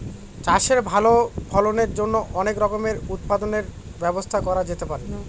চাষের ভালো ফলনের জন্য অনেক রকমের উৎপাদনের ব্যবস্থা করা যেতে পারে